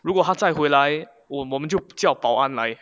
如果他再回来我们就叫保安来